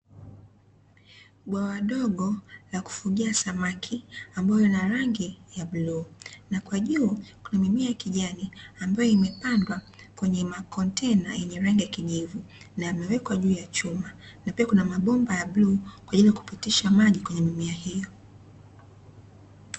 Bwawa dogo la kufugia samaki, ambayo lina rangi ya bluu, na kwa juu kuna mimea ya kijani ambayo imepandwa kwenye makontena yenye rangi ya kijivu na yamewekwa juu ya chuma, na pia kuna mabomba ya bluu kwa ajili ya kupitisha maji kwenye mimea hiyo.